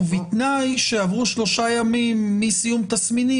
ובתנאי שעברו שלושה ימים מסיום תסמינים,